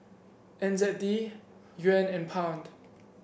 N Z D Yuan and Pound